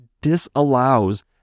disallows